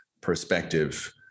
perspective